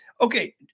Okay